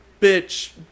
Bitch